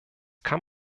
kann